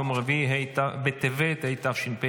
יום רביעי ה' בטבת התשפ"ה,